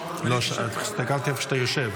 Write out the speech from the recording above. לאן שאתה יושב.